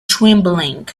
trembling